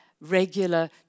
regular